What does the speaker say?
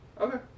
Okay